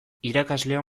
irakasleok